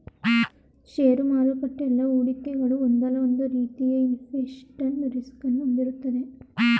ಷೇರು ಮಾರುಕಟ್ಟೆ ಎಲ್ಲಾ ಹೂಡಿಕೆಗಳು ಒಂದಲ್ಲ ಒಂದು ರೀತಿಯ ಇನ್ವೆಸ್ಟ್ಮೆಂಟ್ ರಿಸ್ಕ್ ಅನ್ನು ಹೊಂದಿರುತ್ತದೆ